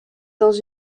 dans